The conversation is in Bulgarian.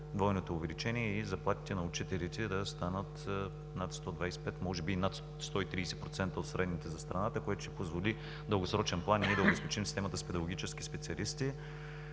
двойното увеличение и заплатите на учителите да станат над 125%, може би над 130% от средните за страната. Това ще позволи в дългосрочен план и ние да обезпечим системата с педагогически специалисти.